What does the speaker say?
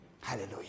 Hallelujah